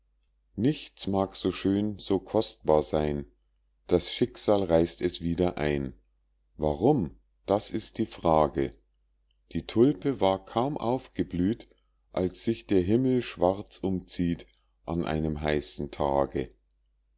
nichts mag so schön so kostbar seyn das schicksal reißt es wieder ein warum das ist die frage die tulpe war kaum aufgeblüht als sich der himmel schwarz umzieht an einem heißen tage